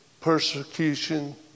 persecution